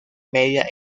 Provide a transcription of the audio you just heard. media